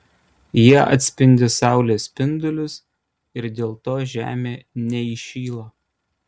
jie atspindi saulės spindulius ir dėl to žemė neįšyla